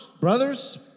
Brothers